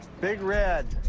big red.